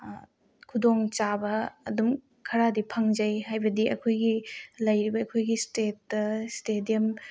ꯈꯨꯗꯣꯡ ꯆꯥꯕ ꯑꯗꯨꯝ ꯈꯔꯗꯤ ꯐꯪꯖꯩ ꯍꯥꯏꯕꯗꯤ ꯑꯩꯈꯣꯏꯒꯤ ꯂꯩꯔꯤꯕ ꯑꯩꯈꯣꯏꯒꯤ ꯏꯁꯇꯦꯠꯇ ꯏꯁꯇꯦꯗꯤꯌꯝ